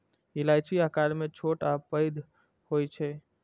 इलायची आकार मे छोट आ पैघ होइ छै